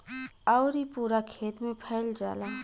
आउर इ पूरा खेत मे फैल जाला